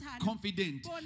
confident